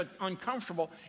uncomfortable